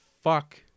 fuck